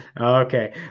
Okay